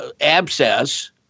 abscess